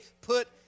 put